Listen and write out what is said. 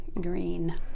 green